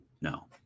No